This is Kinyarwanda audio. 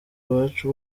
abacu